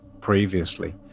previously